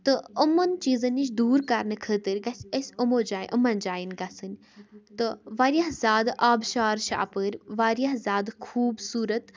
تہٕ یِمَن چیٖزَن نِش دوٗر کَرنہٕ خٲطرٕ گَژھِ أسۍ یِمو جایہِ یِمَن جایَن گَژھٕنۍ تہٕ واریاہ زیادٕ آبشار چھِ اَپٲرۍ واریاہ زیادٕ خوٗبصوٗرت